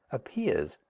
appears.